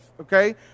Okay